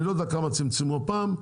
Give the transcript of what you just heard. אני לא יודע כמה צמצמו הפעם,